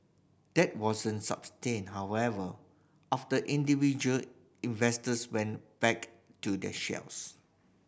that wasn't sustained however after individual investors went back to their shells